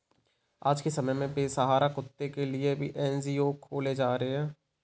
आज के समय में बेसहारा कुत्तों के लिए भी एन.जी.ओ खोले जा रहे हैं